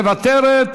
מוותרת,